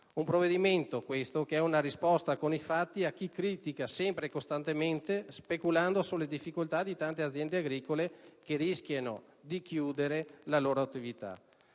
Un provvedimento, questo, che è una risposta con i fatti a chi critica, sempre e costantemente, speculando sulle difficoltà di tante aziende agricole che rischiano di chiudere la loro attività.